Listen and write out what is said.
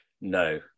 No